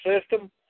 system